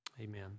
Amen